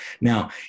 Now